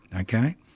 okay